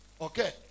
Okay